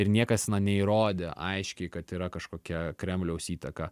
ir niekas na neįrodė aiškiai kad yra kažkokia kremliaus įtaka